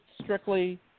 strictly –